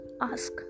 ask